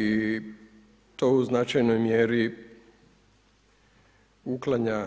I to u značajnoj mjeri uklanja